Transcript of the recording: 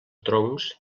troncs